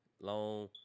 long